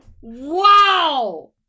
Wow